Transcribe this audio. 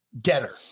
debtor